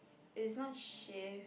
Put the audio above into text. is not shift